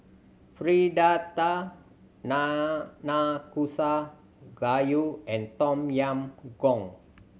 Fritada Nanakusa Gayu and Tom Yam Goong